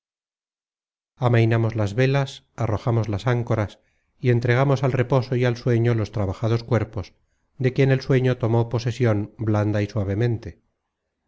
amainamos las velas arrojamos las áncoras y entregamos al reposo y al sueño los trabajados cuerpos de quien el sueño tomó posesion blanda y suavemente